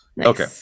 Okay